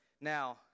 now